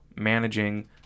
managing